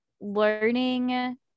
learning